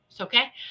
Okay